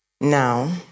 now